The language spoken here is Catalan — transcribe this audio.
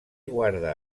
guarda